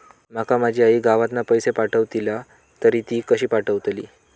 माका माझी आई गावातना पैसे पाठवतीला तर ती कशी पाठवतली?